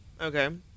Okay